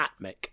atmic